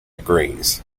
agrees